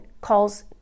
calls